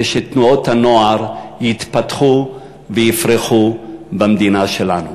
שתנועות הנוער יתפתחו ויפרחו במדינה שלנו.